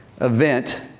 event